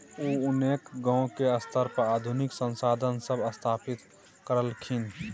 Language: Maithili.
उ अनेक गांव के स्तर पर आधुनिक संसाधन सब स्थापित करलखिन